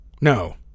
No